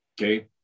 okay